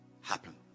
happen